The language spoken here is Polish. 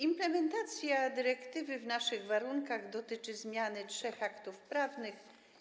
Implementacja dyrektywy w naszych warunkach dotyczy zmiany trzech aktów prawnych.